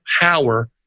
power